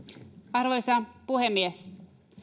arvoisa puhemies